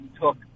took